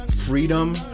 Freedom